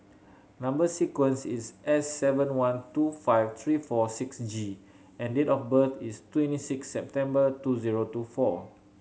number sequence is S seven one two five three four six G and date of birth is twenty six September two zero two four